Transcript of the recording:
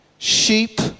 Sheep